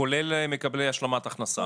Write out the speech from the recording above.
כולל מקבלי השלמת הכנסה.